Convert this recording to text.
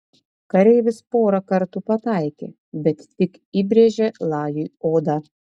kareivis porą kartų pataikė bet tik įbrėžė lajui odą